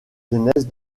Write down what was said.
jeunesse